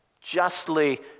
justly